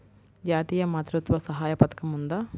జాతీయ మాతృత్వ సహాయ పథకం ఉందా?